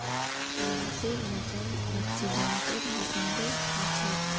राशिर रकम एक्सीडेंटेर हिसाबे हछेक